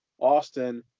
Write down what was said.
Austin